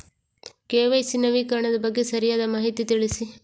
KYC ನವೀಕರಣದ ಬಗ್ಗೆ ಸರಿಯಾದ ಮಾಹಿತಿ ತಿಳಿಸಿ?